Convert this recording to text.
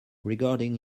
regarding